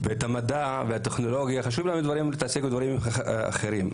המדע והטכנולוגיה, חשוב להם להתעסק בדברים אחרים.